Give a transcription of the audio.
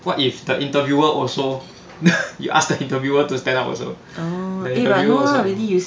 what if the interviewer also you ask the interviewer to stand up also the interviewer also